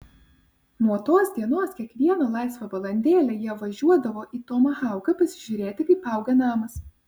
nuo tos dienos kiekvieną laisvą valandėlę jie važiuodavo į tomahauką pažiūrėti kaip auga namas